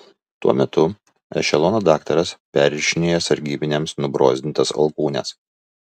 tuo metu ešelono daktaras perrišinėjo sargybiniams nubrozdintas alkūnes